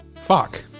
Fuck